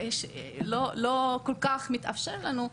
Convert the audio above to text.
לא כל כך מתאפשר לנו,